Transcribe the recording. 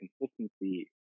consistency